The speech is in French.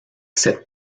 cette